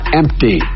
empty